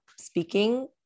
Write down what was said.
speaking